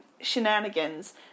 shenanigans